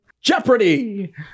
Jeopardy